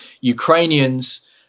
Ukrainians